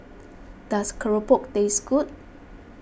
does Keropok taste good